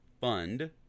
fund